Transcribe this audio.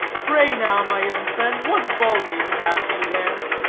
pray, now, my young friend, what volume have you there?